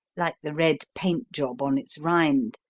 like the red-paint job on its rind,